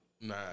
Nah